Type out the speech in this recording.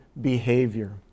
behavior